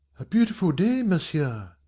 a beautiful day, monsieur,